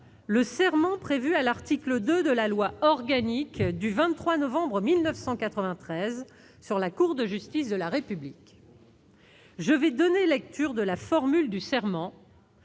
le serment prévu par l'article 2 de la loi organique du 23 novembre 1993 sur la Cour de justice de la République. Je vais donner lecture de la formule du serment.